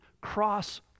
cross